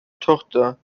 tochter